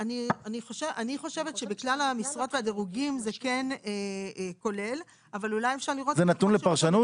אני חושבת שזה כן נכלל ב-"כלל המשרות והדירוגים" -- זה נתון לפרשנות?